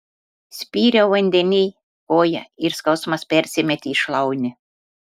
spyriau vandenyj koja ir skausmas persimetė į šlaunį